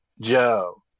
Joe